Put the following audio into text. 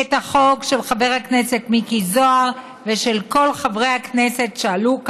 את החוק של חבר הכנסת מיקי זוהר ושל כל חברי הכנסת שעלו,